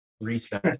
reset